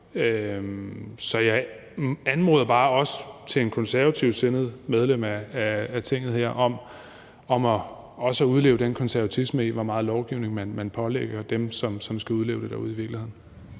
Så jeg anmoder bare et konservativt sindet medlem af Tinget her om også at udleve den konservatisme i, hvor meget lovgivning man pålægger dem, som skal udleve det derude i virkeligheden.